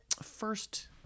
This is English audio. first